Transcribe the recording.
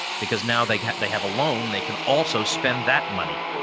because now they can't they have a loan, they can also spend that money.